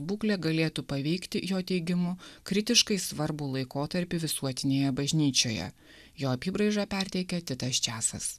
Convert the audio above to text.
būklė galėtų paveikti jo teigimu kritiškai svarbų laikotarpį visuotinėje bažnyčioje jo apybraižą perteikia titas česas